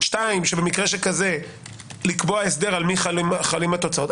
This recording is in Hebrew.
שבמקרה כזה לקבוע הסדר על מי חלות התוצאות.